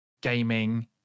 gaming